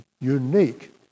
unique